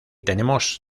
tenemos